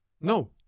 No